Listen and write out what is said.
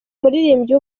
umuririmbyi